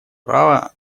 права